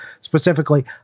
specifically